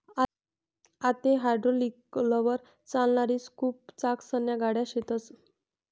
आते हायड्रालिकलवर चालणारी स्कूप चाकसन्या गाड्या शेतस